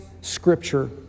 scripture